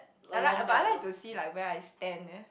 I like I but I like to see like where I stand eh